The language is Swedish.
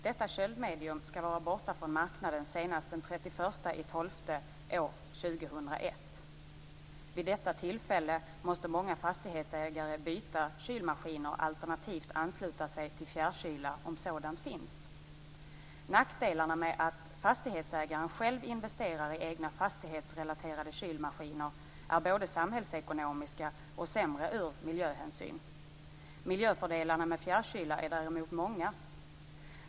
Detta köldmedium skall vara bort från marknaden senast den 31 december år 2001. Vid detta tillfälle måste många fastighetsägare byta kylmaskiner alternativt ansluta sig till fjärrkyla om sådan finns. Nackdelarna med att fastighetsägaren själv investerar i egna fastighetsrelaterade kylmaskiner är både samhällsekonomiska och sämre ur miljösynpunkt. Miljöfördelarna med fjärrkyla är däremot många.